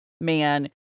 man